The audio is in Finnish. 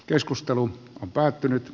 keskustelu on päättynyt